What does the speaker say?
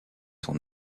son